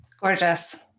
gorgeous